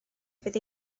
fydd